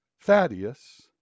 Thaddeus